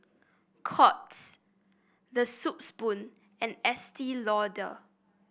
Courts The Soup Spoon and Estee Lauder